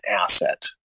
asset